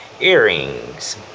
earrings